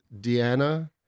Deanna